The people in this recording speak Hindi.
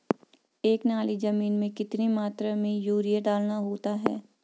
एक नाली जमीन में कितनी मात्रा में यूरिया डालना होता है?